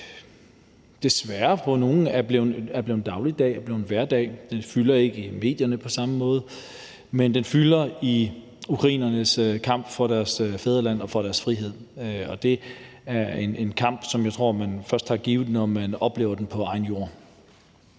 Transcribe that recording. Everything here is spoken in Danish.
desværre for nogle blevet dagligdag, er blevet hverdag, og fylder ikke på samme måde i medierne, men den fylder i ukrainernes kamp for deres fædreland og for deres frihed. Det er en kamp, som jeg tror man først har forstået, når man oplever den på egen jord.